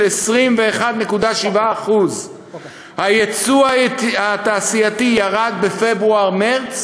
21.7%; הייצוא התעשייתי ירד בפברואר מרס